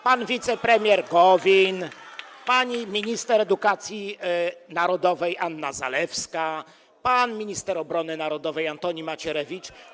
Pan wicepremier Gowin, pani minister edukacji narodowej Anna Zalewska, pan minister obrony narodowej Antoni Macierewicz.